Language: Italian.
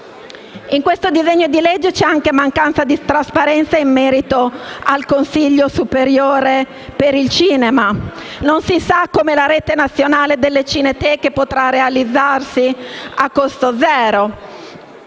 in questo disegno di legge c’è anche una mancanza di trasparenza al Consiglio superiore per il cinema e l’audiovisivo. Non si sa come la rete nazionale delle cineteche potrà realizzarsi a costo zero;